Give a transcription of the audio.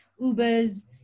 Ubers